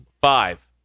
Five